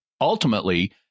Ultimately